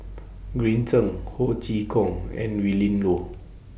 Green Zeng Ho Chee Kong and Willin Low